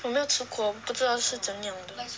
我没有吃过我不知是怎样的